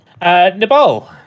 Nabal